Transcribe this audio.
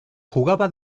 jugaba